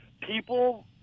People